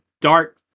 dark